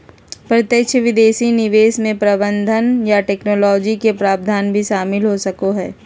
प्रत्यक्ष विदेशी निवेश मे प्रबंधन या टैक्नोलॉजी के प्रावधान भी शामिल हो सको हय